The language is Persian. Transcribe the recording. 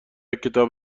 کتاب